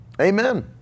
Amen